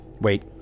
wait